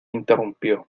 interrumpió